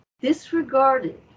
disregarded